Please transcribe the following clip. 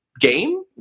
game